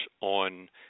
on